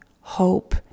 hope